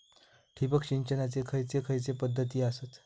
ठिबक सिंचनाचे खैयचे खैयचे पध्दती आसत?